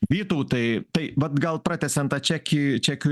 vytautai tai vat gal pratęsiant tą čekį čekių